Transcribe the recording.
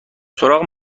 سراغ